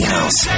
House